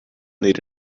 need